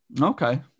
Okay